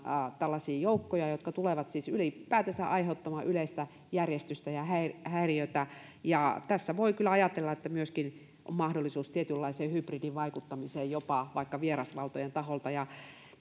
tällaisia joukkoja jotka tulevat siis ylipäätänsä häiritsemään yleistä järjestystä ja aiheuttamaan häiriötä niin tässä voi kyllä ajatella että myöskin on mahdollisuus tietynlaiseen hybridivaikuttamiseen jopa vaikka vierasvaltojen taholta